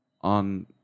On